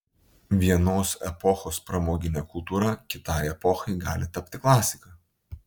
vienos epochos pramoginė kultūra kitai epochai gali tapti klasika